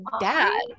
dad